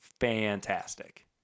fantastic